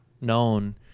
known